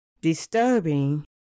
disturbing